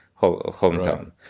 hometown